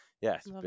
yes